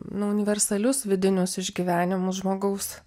nu universalius vidinius išgyvenimus žmogaus